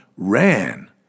ran